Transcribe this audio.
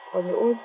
on your own